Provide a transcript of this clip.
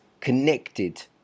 connected